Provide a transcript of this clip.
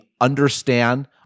understand